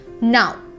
Now